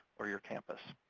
or your campus?